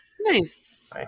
Nice